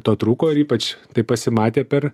to trūko ir ypač tai pasimatė per